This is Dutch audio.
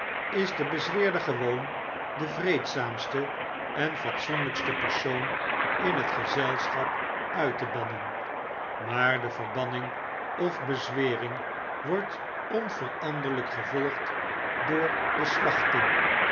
is de bezweerder gewoon de vreedzaamste en fatsoenlijkste persoon in het gezelschap uit te bannen maarde verbanning of bezwering wordt onveranderlijk gevolgd door de slachting